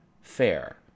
fair